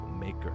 maker